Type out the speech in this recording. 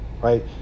Right